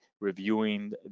reviewing